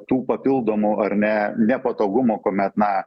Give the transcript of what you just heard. tų papildomų ar ne nepatogumo kuomet na